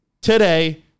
today